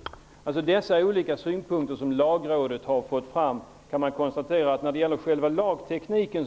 Man kan konstatera att det är smärre ändringar som har gjorts när det gäller själva lagtekniken